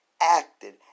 acted